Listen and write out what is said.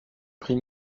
prix